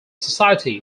society